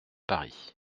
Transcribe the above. paris